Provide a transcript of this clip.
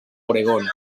oregon